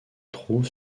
trouve